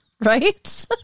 Right